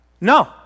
No